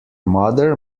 mother